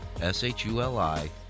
S-H-U-L-I